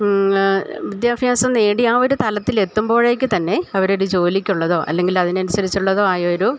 വിദ്യാഭ്യാസം നേടിയ ഒരു തലത്തിലെത്തുമ്പോഴേക്കു തന്നെ അവരുടെ ജോലിക്കുള്ളതോ അല്ലെങ്കിലതിനുസരിച്ചുള്ളതോ ആയൊരു